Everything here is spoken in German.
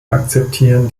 akzeptieren